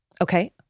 Okay